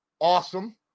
Awesome